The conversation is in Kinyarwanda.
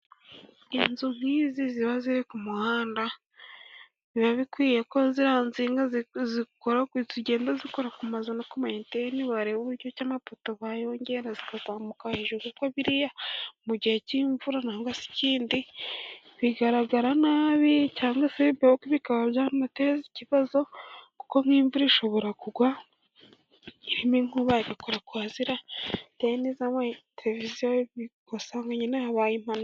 Inzu nk'izi ziba ziri ku muhanda, biba bikwiye ko ziriya nsinga zigenda zikora ku mazu, cyangwa no ku ma anteni bareba uburyo amapoto bayongera zikazamuka hejuru, kuko biriya mu gihe k'imvura cyangwa se ikindi, bigaragara nabi ,cyangwa se bikaba byateza ikibazo, kuko nk'imvura ishobora kugwa irimo inkuba igakora kuri ziriya anteni z'amateleviziyo ,ugasanga nyine habaye impanuka.